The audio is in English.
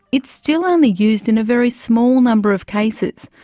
it's still only used in a very small number of cases,